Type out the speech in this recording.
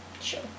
sure